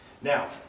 Now